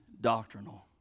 doctrinal